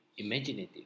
Imaginative